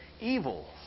evil